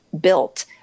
built